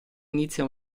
inizia